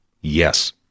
Yes